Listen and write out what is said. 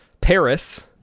Paris